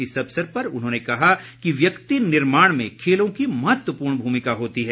इस अवसर पर उन्होंने कहा कि व्यक्ति निर्माण में खेलों की महत्वपूर्ण भूमिका होती है